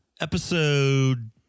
Episode